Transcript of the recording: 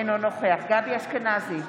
אינו נוכח גבי אשכנזי,